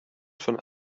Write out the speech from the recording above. von